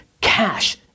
Cash